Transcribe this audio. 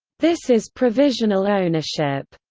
this is provisional ownership.